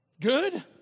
Good